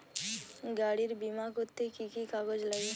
গাড়ীর বিমা করতে কি কি কাগজ লাগে?